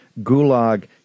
gulag